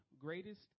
greatest